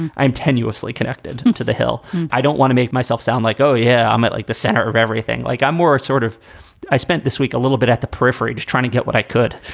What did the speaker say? and i am tenuously connected to the hill. i don't want to make myself sound like, oh yeah, i'm at like the center of everything. like i'm more sort of i spent this week a little bit at the periphery just trying to get what i could,